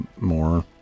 more